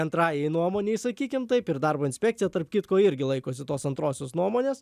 antrajai nuomonei sakykim taip ir darbo inspekcija tarp kitko irgi laikosi tos antrosios nuomonės